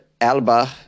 Alba